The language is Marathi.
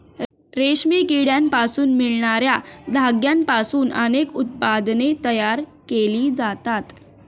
रेशमी किड्यांपासून मिळणार्या धाग्यांपासून अनेक उत्पादने तयार केली जातात